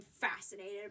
fascinated